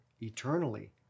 eternally